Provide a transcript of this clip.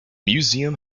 museum